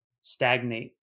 stagnate